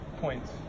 points